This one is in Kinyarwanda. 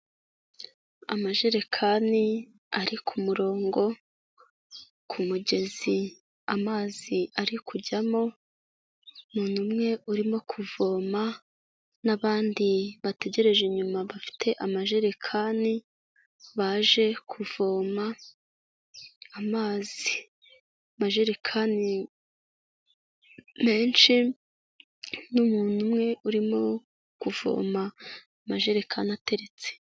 Amajerekani ari ku murongo ku mugezi, amazi ari kujyamo, umuntu umwe urimo kuvoma n'abandi bategereje inyuma bafite amajerekani baje kuvoma amazi. Amajerekani menshi n'umuntu umwe urimo kuvoma, amajerekani ateretse.